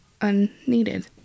unneeded